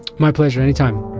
my pleasure anytime.